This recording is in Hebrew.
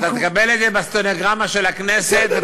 אתה תקבל את זה בסטנוגרמה של הכנסת, בסדר, בסדר.